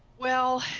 well,